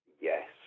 Yes